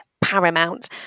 paramount